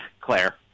Claire